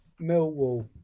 Millwall